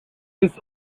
his